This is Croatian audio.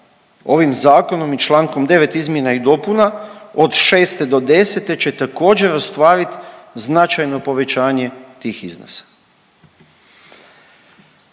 ovim Zakonom i člankom 9. izmjena i dopuna od 6. do 10. će također ostvariti značajno povećanje tih iznosa.